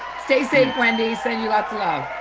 stay safe, wendy. send you lots